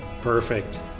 perfect